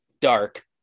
dark